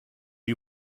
you